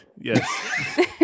yes